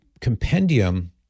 compendium